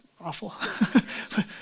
awful